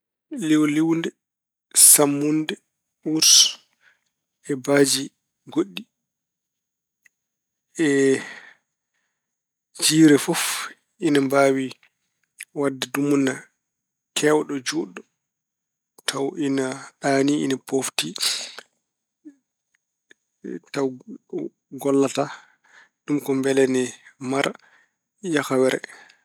Liwliwde, sammunde, uurs, e baaji goɗɗi e jiire fof ina mbaawi waɗde dumonna keewɗo, juutɗo tawa ina ɗaani, ina poofti, tawa gollota. Ɗum ko mbele ena mara yakawere.